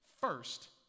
first